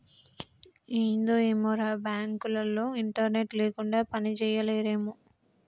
ఏందో ఏమోరా, బాంకులోల్లు ఇంటర్నెట్ లేకుండ పనిజేయలేరేమో